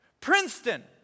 Princeton